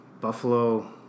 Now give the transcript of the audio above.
Buffalo